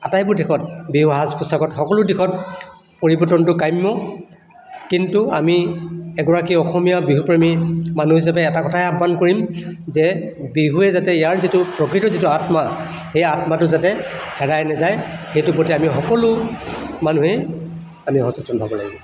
আটাইবোৰ দিশত বিহু সাজ পোচাকত সকলো দিশত পৰিৱৰ্তনটো কাম্য কিন্তু আমি এগৰাকী অসমীয়া বিহু প্ৰেমি মানুহ হিচাপে এটা কথাই আহ্বান কৰিম যে বিহুৱে যাতে ইয়াৰ যিটো প্ৰকৃত যিটো আত্মা সেই আত্মাটো যাতে হেৰাই নাযায় সেইটোৰ প্ৰতি আমি সকলো মানুহেই আমি সচেতন হ'ব লাগিব